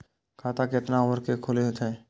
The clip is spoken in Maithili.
खाता केतना उम्र के खुले छै?